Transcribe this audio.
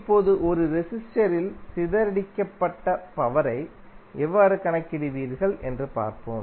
இப்போது ஒரு ரெசிஸ்டரில் சிதறடிக்கப்பட்ட பவரை எவ்வாறு கணக்கிடுவீர்கள் என்று பார்ப்போம்